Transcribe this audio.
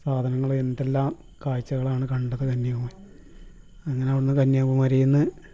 സാധനങ്ങൾ എന്തെല്ലാം കാഴ്ച്ചകളാണ് കണ്ടത് കന്യാകുമാരിയിൽ അങ്ങനെ അവിടുന്ന് കന്യാകുമാരിന്ന്